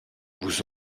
vous